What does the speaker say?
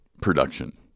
production